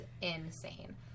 insane